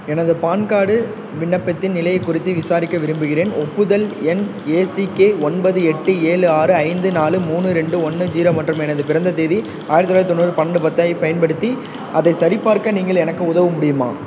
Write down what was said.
எனது PAN card விண்ணப்பத்தின் நிலையை குறித்து விசாரிக்க விரும்புகிறேன் ஒப்புதல் எண் ஏசிகே ஒன்பது எட்டு ஏழு ஆறு ஐந்து நாலு மூணு ரெண்டு ஒன்று ஜீரோ மற்றும் எனது பிறந்த தேதி ஆயிரத்தி தொள்ளாயிரத்தி தொண்ணூறு பன்னெண்டு பத்தைப் பயன்படுத்தி அதைச் சரிபார்க்க நீங்கள் எனக்கு உதவ முடியுமா